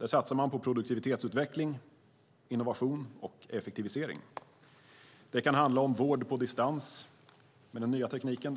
Man satsar på produktivitetsutveckling, innovation och effektivisering. Det kan handla om vård på distans med den nya tekniken.